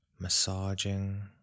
massaging